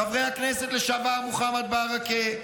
חבר הכנסת לשעבר מוחמד ברכה,